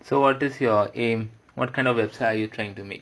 so what is your aim what kind of website you trying to make